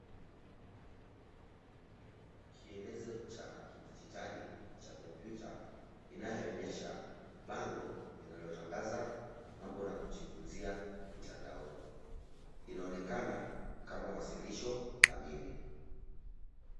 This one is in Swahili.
Kielezo cha kidijitali cha kompyuta inayoonyesha bango linalotangaza mambo na kujifunzia mtandaoni. Inaonekana kama wasilisho kamili.